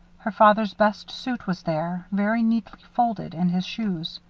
her father's best suit was there, very neatly folded, and his shoes.